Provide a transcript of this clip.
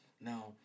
Now